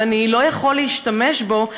אבל אני לא יכול להשתמש בו,